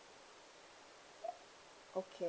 okay